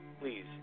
please